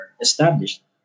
established